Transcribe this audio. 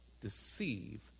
Deceive